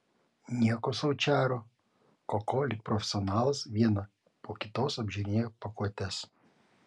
nieko sau čaro koko lyg profesionalas vieną po kitos apžiūrinėjo pakuotes